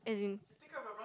as in